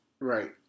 Right